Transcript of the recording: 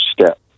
step